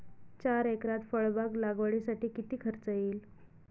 चार एकरात फळबाग लागवडीसाठी किती खर्च येईल?